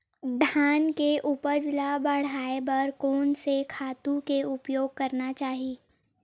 धान के उपज ल बढ़ाये बर कोन से खातु के उपयोग करना चाही?